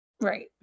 right